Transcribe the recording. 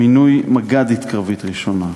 מינוי מג"דית קרבית ראשונה,